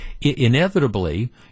inevitably